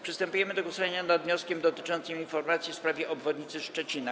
Przystępujemy do głosowania nad wnioskiem dotyczącym informacji w sprawie obwodnicy Szczecina.